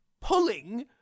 pulling